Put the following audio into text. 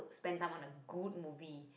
spend time on a good movie